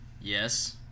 Yes